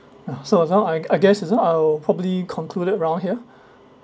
so as long I I guess this time I'll probably concluded around here